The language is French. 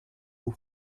vous